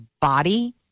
body